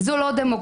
זה לא דמוקרטיה,